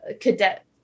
cadet